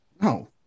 No